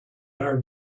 are